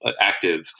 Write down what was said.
active